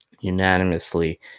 unanimously